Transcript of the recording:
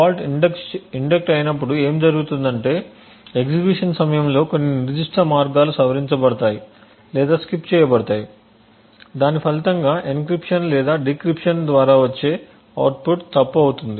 fault inject అయినప్పుడు ఏమి జరుగుతుందంటే ఎగ్జిక్యూషన్ సమయంలో కొన్ని నిర్దిష్ట మార్గాలు సవరించబడతాయి లేదా స్కిప్ చేయబడతాయి దాని ఫలితంగా ఎన్క్రిప్షన్ లేదా డిక్రిప్షన్ ద్వారా వచ్చే అవుట్పుట్ తప్పు అవుతుంది